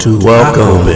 Welcome